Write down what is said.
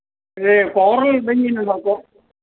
ഇത് കോറല് ബനിയനുണ്ടോ കോ